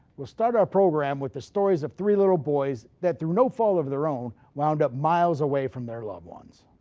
we'll start a program with the stories of three little boys that, through no fault of their own, wound up miles away from their loved ones.